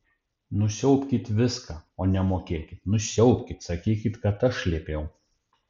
nusiaubkit viską o nemokėkit nusiaubkit sakykit kad aš liepiau